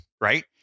right